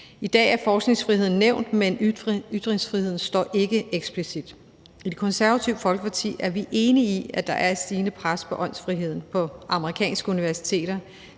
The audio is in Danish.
I dag er forskningsfriheden nævnt, men ytringsfriheden står der ikke eksplicit. I Det Konservative Folkeparti er vi enige i, at der er et stigende pres på åndsfriheden på amerikanske universiteter.